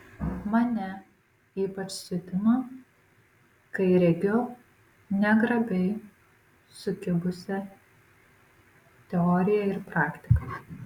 mane ypač siutina kai regiu negrabiai sukibusią teoriją ir praktiką